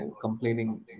complaining